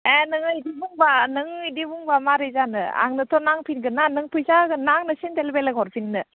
एह नोङो बिदि बुंबा नों इदि बुंबा मारै जानो आंनोथ' नांफिनगोन ना नों फैसा होगोन ना आंनो सेन्देल बेलेग हरफिननो